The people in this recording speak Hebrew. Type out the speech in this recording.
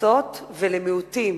לקבוצות ולמיעוטים.